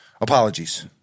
Apologies